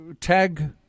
tag